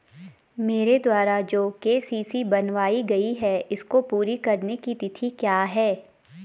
मेरे द्वारा जो के.सी.सी बनवायी गयी है इसको पूरी करने की तिथि क्या है?